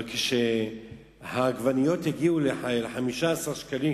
אבל כשהעגבניות יגיעו ל-15 שקלים,